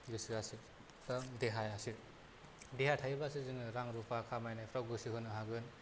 गोसोआसो बा देहायासो देहा थायोबासो जोङो रां रुफा खामायनायफ्राव गोसो होनो हागोन